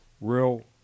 real